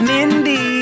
Mindy